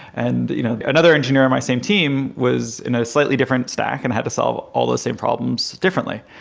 and you know another engineer on my same team was in a slightly different stack and had to solve all the same problems differently.